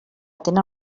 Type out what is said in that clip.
tenen